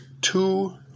two